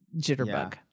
Jitterbug